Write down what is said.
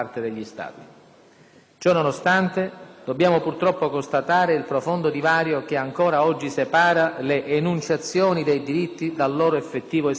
Ciò nonostante, dobbiamo purtroppo constatare il profondo divario che ancora oggi separa le enunciazioni dei diritti dal loro effettivo esercizio.